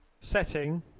Setting